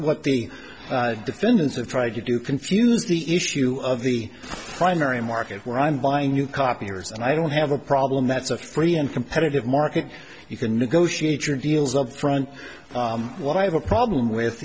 what the defendants have tried to do confuse the issue of the primary market where i'm buying new copiers and i don't have a problem that's a free and competitive market you can negotiate your deals upfront what i have a problem with